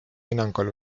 hinnangul